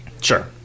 Sure